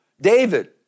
David